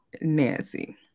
Nancy